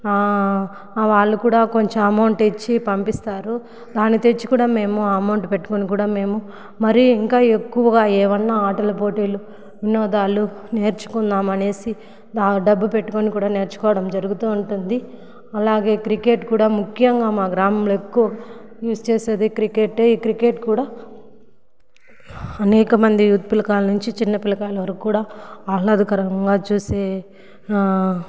వాళ్లు కూడా కొంచెం అమౌంట్ ఇచ్చి పంపిస్తారు దాని తెచ్చి కూడా మేము ఆ అమౌంట్ పెట్టుకొని కూడా మేము మరి ఇంకా ఎక్కువగా ఏవైనా ఆటల పోటీలు వినోదాలు నేర్చుకుందాం అనేసి బాగా డబ్బు పెట్టుకొని కూడా నేర్చుకోవడం జరుగుతూ ఉంటుంది అలాగే క్రికెట్ కూడా ముఖ్యంగా మా గ్రామంలో ఎక్కువ యూస్ చేసేది క్రికెటే ఈ క్రికెట్ కూడా అనేకమంది యూత్ పిలకాయల నుంచి చిన్న పిల్లకాయల వరకు కూడా ఆహ్లాదకరంగా చూసే